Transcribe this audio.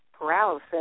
paralysis